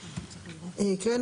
אגב,